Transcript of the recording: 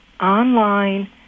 online